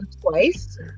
twice